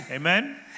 amen